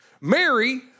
Mary